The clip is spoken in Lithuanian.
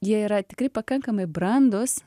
jie yra tikrai pakankamai brandus